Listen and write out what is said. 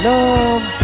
Love